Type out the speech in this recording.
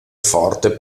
forte